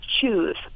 choose